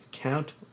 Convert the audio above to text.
Count